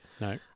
no